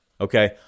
Okay